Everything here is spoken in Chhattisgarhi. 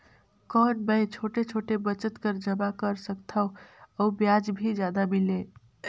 कौन मै छोटे छोटे बचत कर जमा कर सकथव अउ ब्याज भी जादा मिले?